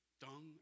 Dung